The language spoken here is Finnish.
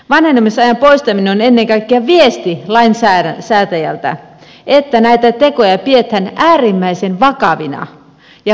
vanhenemisajan poistaminen on ennen kaikkea viesti lainsäätäjältä että näitä tekoja pidetään äärimmäisen vakavina ja paheksuttavina